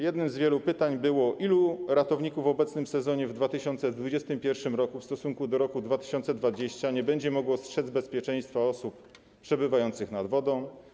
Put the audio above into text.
Jedne z wielu pytań to: Ilu ratowników w obecnym sezonie w 2021 r. w stosunku do 2020 r. nie będzie mogło strzec bezpieczeństwa osób przebywających nad wodą?